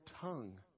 tongue